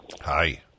Hi